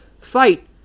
fight